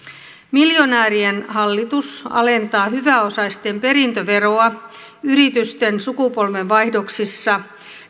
miljonäärien hallitus alentaa hyväosaisten perintöveroa yritysten sukupolvenvaihdoksissa